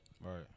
Right